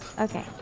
Okay